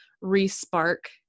re-spark